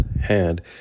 hand